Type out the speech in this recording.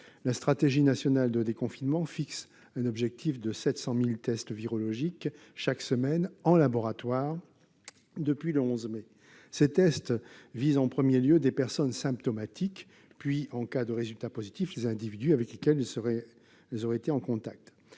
la stratégie nationale de déconfinement fixe un objectif de 700 000 tests virologiques en laboratoire chaque semaine. Ces tests visent en premier lieu des personnes symptomatiques, puis, en cas de résultat positif, les individus avec lesquels elles auraient été en contact.